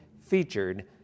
featured